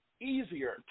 easier